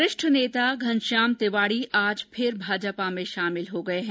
वरिष्ठ नेता घनश्याम तिवाड़ी आज फिर भाजपा में शामिल हो गये हैं